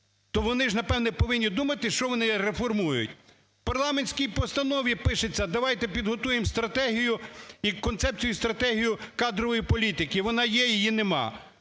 То вони ж, напевно, повинні думати, що вони реформують. В парламентській постанові пишеться: давайте підготуємо стратегію, концепцію і стратегію кадрової політики. Вона є? Її немає.